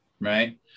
right